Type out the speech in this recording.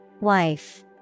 Wife